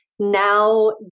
Now